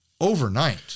overnight